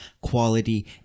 quality